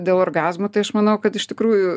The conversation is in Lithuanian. dėl orgazmo tai aš manau kad iš tikrųjų